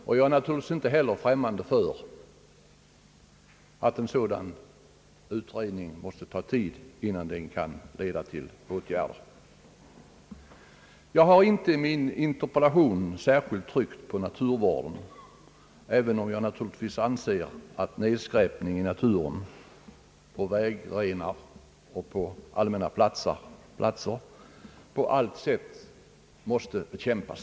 Naturligtvis är jag inte heller främmande för att en sådan utredning måste ta tid och att det dröjer innan den kan leda till åtgärder. I min interpellation har jag inte särskilt tryckt på naturvården, även om jag naturligtvis anser att nedskräpning i naturen, på vägrenar och på allmänna platser på allt sätt måste bekämpas.